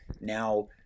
Now